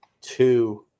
two –